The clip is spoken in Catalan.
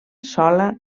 sola